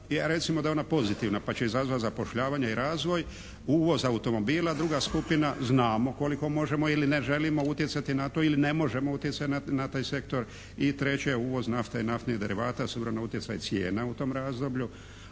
recimo da je ona pozitivna pa će izazvati zapošljavanje i razvoj. Uvoz automobila druga skupina. Znamo koliko možemo ili ne želimo utjecati na to ili ne možemo utjecati na taj sektor. I treće, uvoz nafte i naftnih derivata siguran utjecaj cijena u tom razdoblju,